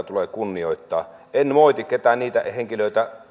tulee kunnioittaa en moiti ketään niitä henkilöitä